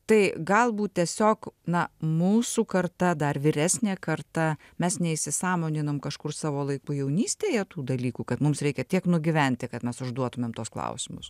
tai galbūt tiesiog na mūsų karta dar vyresnė karta mes neįsisąmoninom kažkur savo laiku jaunystėje tų dalykų kad mums reikia tiek nugyventi kad mes užduotumėm tuos klausimus